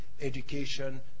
education